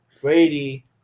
Brady